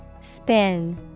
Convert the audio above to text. Spin